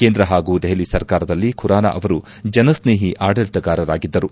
ಕೇಂದ್ರ ಹಾಗೂ ದೆಹಲಿ ಸರ್ಕಾರದಲ್ಲಿ ಖುರಾನ ಅವರು ಜನಸ್ನೇಹಿ ಆಡಳಿತಗಾರರಾಗಿದ್ದರು